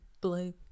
blue